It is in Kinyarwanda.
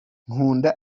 nkunda